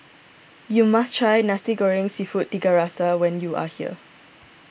you must try Nasi Goreng Seafood Tiga Rasa when you are here